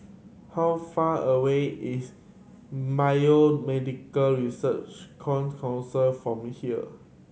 how far away is Research Council from here